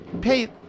Pay